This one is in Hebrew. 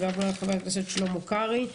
וגם לחה"כ שלמה קרעי,